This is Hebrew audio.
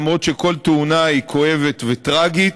למרות שכל תאונה היא כואבת וטרגית,